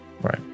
Right